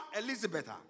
Elizabeth